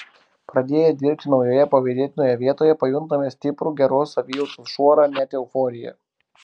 pradėję dirbti naujoje pavydėtinoje vietoje pajuntame stiprų geros savijautos šuorą net euforiją